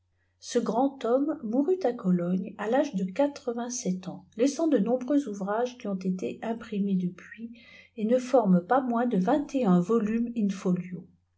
ce f rand homme atoumit à cdaigne à l'âge de qaatre vingepi ans aisant di awiabreux ouvrages qui ont été imprimés depuis et ne jëpfmeftt pas moin de vingt et un volumes in çouo